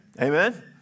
Amen